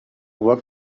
work